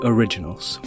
Originals